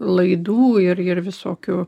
laidų ir ir visokių